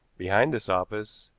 behind this office,